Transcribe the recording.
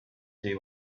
see